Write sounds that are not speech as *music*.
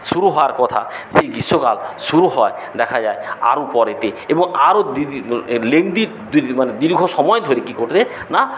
শুরু হওয়ার কথা সেই গ্রীষ্মকাল শুরু হয় দেখা যায় আরো পরেতে এবং আরো *unintelligible* লেনদি *unintelligible* মানে দীর্ঘ সময় ধরে কী ঘটবে না